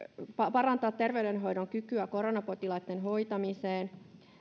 parantaa terveydenhoidon kykyä koronapotilaitten hoitamiseen